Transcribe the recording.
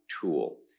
tool